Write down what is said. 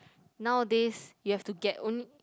nowadays you have to get only